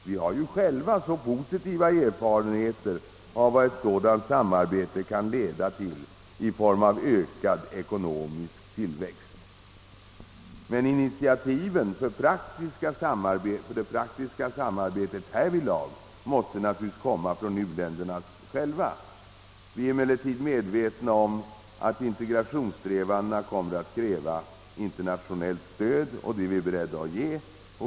Vi har ju själva positiva erfarenheter av vad ett sådant samarbete kan leda till i form av ökad ekonomisk tillväxt. Initiativen för praktiskt samarbete härvidlag måste naturligtvis komma från u-länderna själva. Vi är emellertid medvetna om att integrationssträvandena kommer att kräva internationellt stöd, och det är vi beredda att ge.